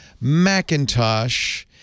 Macintosh